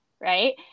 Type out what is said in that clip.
right